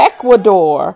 Ecuador